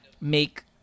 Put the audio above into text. make